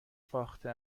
فاخته